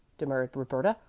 demurred roberta.